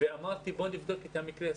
ואמרתי שנבדוק את המקרה הספציפי.